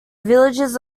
villages